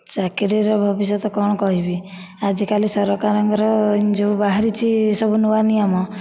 ଚାକିରିର ଭବିଷ୍ୟତ କ'ଣ କହିବି ଆଜିକାଲି ସରକାରଙ୍କର ଏଇ ଯେଉଁ ବାହାରିଛି ସବୁ ନୂଆ ନିୟମ